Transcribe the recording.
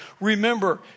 Remember